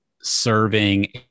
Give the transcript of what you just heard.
serving